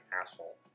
asshole